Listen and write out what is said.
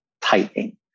tightening